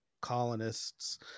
colonists